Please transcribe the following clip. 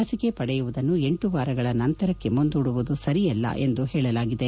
ಲಸಿಕೆ ಪಡೆಯುವುದನ್ನು ಲ ವಾರಗಳ ನಂತರಕ್ಕೆ ಮುಂದೂಡುವುದು ಸರಿಯಲ್ಲ ಎಂದು ಹೇಳಲಾಗಿದೆ